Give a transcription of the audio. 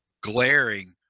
glaring